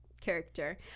character